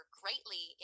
greatly